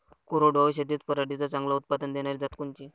कोरडवाहू शेतीत पराटीचं चांगलं उत्पादन देनारी जात कोनची?